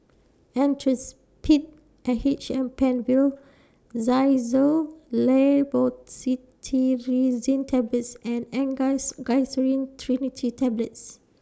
Actrapid and H M PenFill Xyzal Levocetirizine Tablets and Angised Glyceryl Trinitrate Tablets